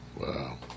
wow